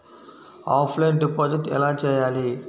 Offline deposit ఎలా చేయాలి?